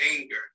anger